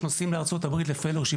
שנוסעים לארצות הברית לפלואשיפ,